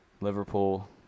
Liverpool